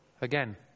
again